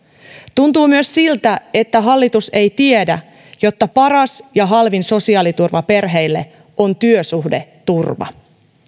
tuntuu myös siltä että hallitus ei tiedä että paras ja halvin sosiaaliturva perheille on työsuhdeturva